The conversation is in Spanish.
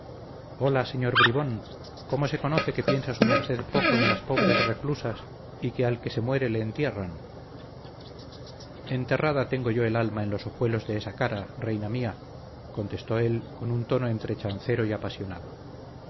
hola señor bribón cómo se conoce que piensa su merced poco en las pobres reclusas y que al que se muere le entierran enterrada tengo yo el alma en los ojuelos de esa cara reina mía contestó él con un tono entre chancero y apasionado